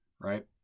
Right